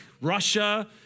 Russia